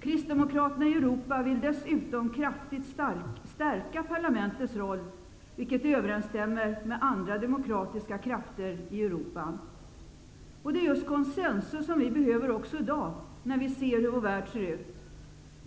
Kristdemokraterna i Europa vill dessutom kraftigt stärka parlamentets roll, vilket överensstämmer med andra demokratiska krafter i Europa. Det är just konsensus vi behöver också i dag, när vi ser hur vår värld ser ut.